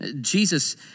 Jesus